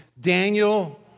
Daniel